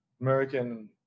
American